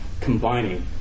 combining